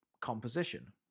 composition